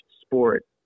sport